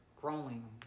growing